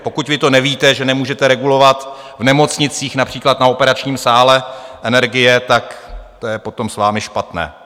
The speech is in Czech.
Pokud vy to nevíte, že nemůžete regulovat v nemocnicích například na operačním sále energie, tak to je potom s vámi špatné.